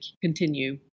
continue